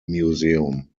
museum